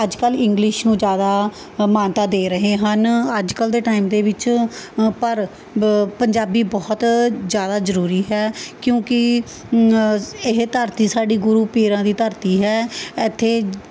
ਅੱਜ ਕੱਲ੍ਹ ਇੰਗਲਿਸ਼ ਨੂੰ ਜ਼ਿਆਦਾ ਮਾਨਤਾ ਦੇ ਰਹੇ ਹਨ ਅੱਜ ਕੱਲ੍ਹ ਦੇ ਟਾਈਮ ਦੇ ਵਿੱਚ ਪਰ ਬ ਪੰਜਾਬੀ ਬਹੁਤ ਜ਼ਿਆਦਾ ਜ਼ਰੂਰੀ ਹੈ ਕਿਉਂਕਿ ਇਹ ਧਰਤੀ ਸਾਡੀ ਗੁਰੂ ਪੀਰਾਂ ਦੀ ਧਰਤੀ ਹੈ ਇੱਥੇ